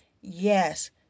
Yes